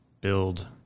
build